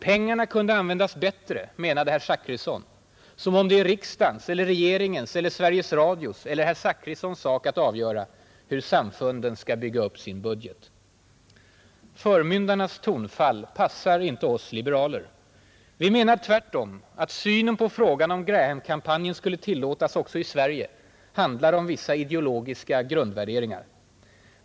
Pengarna kunde användas bättre, menade herr Zachrisson — som om det är riksdagens eller regeringens eller Sveriges Radios eller riksdagsman Zachrissons sak att avgöra hur samfunden skall bygga upp sin budget. Förmyndarnas tonfall passar inte oss liberaler. Vi menar tvärtom att synen på frågan, om Graham-kampanjen skulle tillåtas också i Sverige, handlar om vissa ideologiska grundvärderingar.